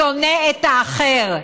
שונא את האחר.